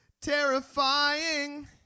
terrifying